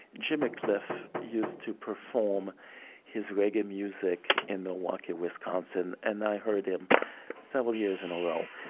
jimmy cliff used to perform his reggae music in milwaukee, wisconsin. and i heard him several years in a row.